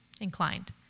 inclined